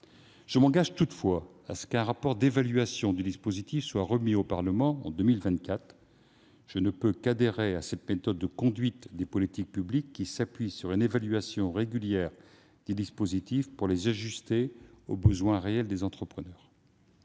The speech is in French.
Je m'engage toutefois à ce qu'un rapport d'évaluation du dispositif soit remis au Parlement en 2024. En effet, je ne peux qu'adhérer à cette méthode de conduite des politiques publiques, qui s'appuie sur une évaluation régulière des dispositifs afin d'ajuster ces derniers aux besoins réels des entrepreneurs.